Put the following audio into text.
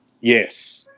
Yes